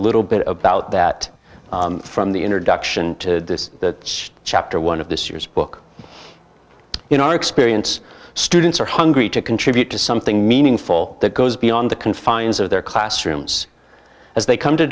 little bit about that from the introduction to chapter one of this year's book in our experience students are hungry to contribute to something meaningful that goes beyond the confines of their classrooms as they come to